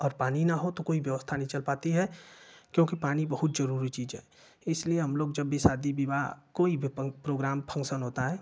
और पानी ना हो तो कोई व्यवस्था नहीं चल पाती है क्योंकि पानी बहुत ज़रूरी चीज़ है इसलिए हम लोग जब बी शादी विवाह कोई बी पंक प्रोग्राम फनसन होता है